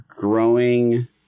growing